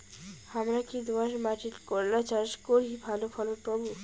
হামরা কি দোয়াস মাতিট করলা চাষ করি ভালো ফলন পামু?